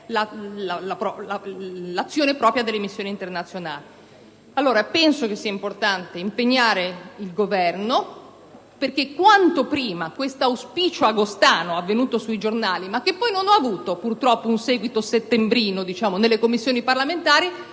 l'azione propria delle missioni internazionali. Ebbene, penso sia importante impegnare il Governo perché quanto prima questo auspicio agostano riportato dalla stampa, che poi non ha avuto, purtroppo, un seguito settembrino nelle Commissioni parlamentari,